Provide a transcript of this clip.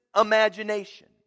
imagination